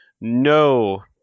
no